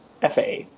FA